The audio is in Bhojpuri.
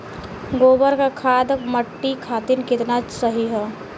गोबर क खाद्य मट्टी खातिन कितना सही ह?